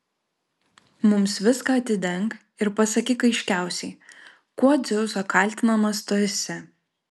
mums viską atidenk ir pasakyk aiškiausiai kuo dzeuso kaltinamas tu esi